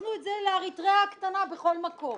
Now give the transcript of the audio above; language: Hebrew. הפכנו את זה לאריתריאה הקטנה בכל מקום.